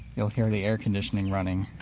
you'll hear the air conditioning running.